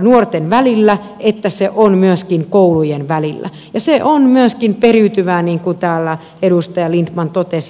nuorten välillä että myöskin koulujen välillä ja se on myöskin periytyvää niin kuin täällä edustaja lindtman totesi